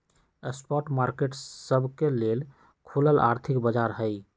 spot market सबके लेल खुलल आर्थिक बाजार हइ